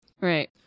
Right